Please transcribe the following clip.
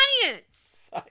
Science